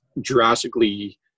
drastically